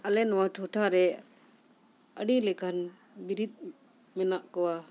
ᱟᱞᱮ ᱱᱚᱣᱟ ᱴᱚᱴᱷᱟᱨᱮ ᱟᱹᱰᱤ ᱞᱮᱠᱟᱱ ᱵᱤᱨᱤᱫ ᱢᱮᱱᱟᱜ ᱠᱚᱣᱟ